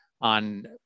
on